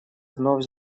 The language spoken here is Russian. вновь